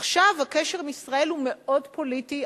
עכשיו הקשר עם ישראל הוא מאוד פוליטי.